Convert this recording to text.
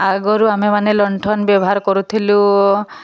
ଆଗରୁ ଆମେମାନେ ଲଣ୍ଠନ ବ୍ୟବହାର କରୁଥିଲୁ